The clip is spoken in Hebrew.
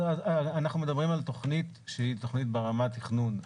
אנחנו מדברים על תוכנית שהיא תוכנית ברמת תכנון,